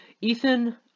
Ethan